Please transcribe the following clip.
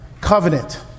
covenant